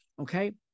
Okay